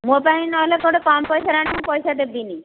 ମୋ ପାଇଁ ନହେଲେ ଗୋଟେ କମ୍ ପଇସାରେ ଆଣିବୁ ପଇସା ଦେବିନି